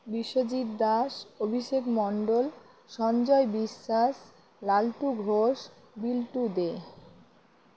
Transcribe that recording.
Biswajit Das Abhishek Mondal Sanjay Biswas Laltu Ghosh Biltu দে